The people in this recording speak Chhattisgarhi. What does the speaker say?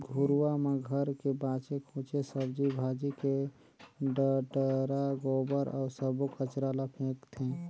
घुरूवा म घर के बाचे खुचे सब्जी भाजी के डठरा, गोबर अउ सब्बो कचरा ल फेकथें